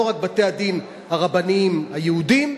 לא רק בתי-הדין הרבניים היהודיים,